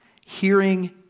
hearing